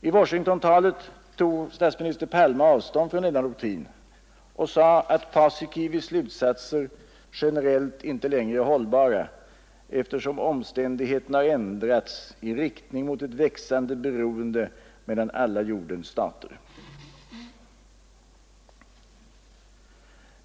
I Washingtontalet tog statsminister Palme avstånd från denna doktrin och sade att Paasikivis slutsatser generellt inte längre är hållbara eftersom omständigheterna har ändrats i riktning mot ett växande beroende mellan alla jordens stater.